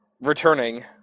returning